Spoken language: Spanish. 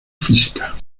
física